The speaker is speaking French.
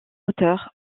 auteurs